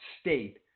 state